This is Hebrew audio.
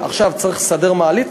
עכשיו צריך לסדר מעלית,